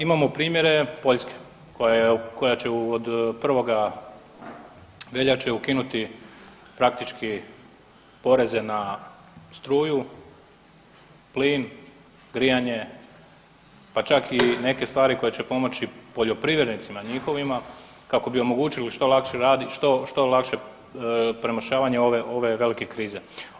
Imamo primjere Poljske koja će od 1. veljače ukinuti praktički poreze na struju, plin, grijanje, pa čak i neke stvari koje će pomoći poljoprivrednicima njihovima kako bi omogućili što lakše radit, što lakše premošćavanje ove velike krize.